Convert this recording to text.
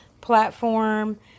platform